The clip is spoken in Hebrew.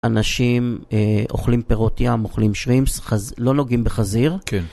אנשים אוכלים פירות ים, אוכלים שרימפס, לא נוגעים בחזיר. כן.